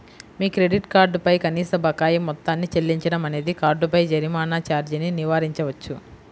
మీ credit card పై కనీస బకాయి మొత్తాన్ని చెల్లించడం అనేది కార్డుపై జరిమానా ఛార్జీని నివారించవచ్చు